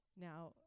Now